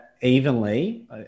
Evenly